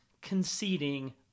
conceding